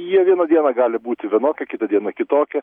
jie vieną dieną gali būti vienokie kitą dieną kitokie